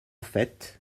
fait